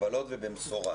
במגבלות ובמסורה.